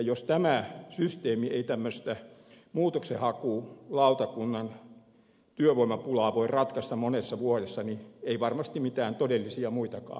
jos tämä systeemi ei tämmöistä muutoksenhakulautakunnan työvoimapulaa voi ratkaista monessa vuodessa niin se ei varmasti voi ratkaista mitään todellisia muitakaan ongelmia